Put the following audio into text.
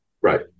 right